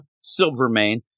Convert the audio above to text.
silvermane